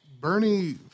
Bernie